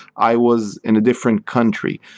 i was in a different country,